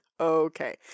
Okay